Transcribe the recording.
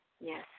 Yes